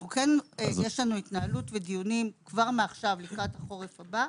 אנחנו כן מצויים בהתנהלות ודיונים כבר מעכשיו לקראת החורף הבא,